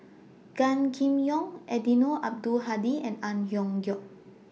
Gan Kim Yong Eddino Abdul Hadi and Ang Hiong Chiok